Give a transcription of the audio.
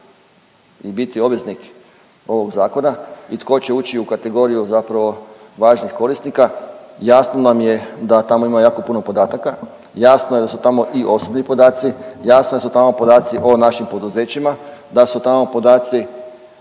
i biti obveznik ovog zakona i tko će ući u kategoriju zapravo važnih korisnika, jasno nam je da tamo ima jako puno podataka, jasno je da su tamo i osobni podaci, jasno je da su tamo podaci o našim poduzećima, da su tamo podaci